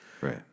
Right